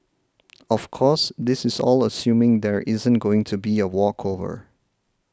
of course this is all assuming there isn't going to be a walkover